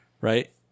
right